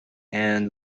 and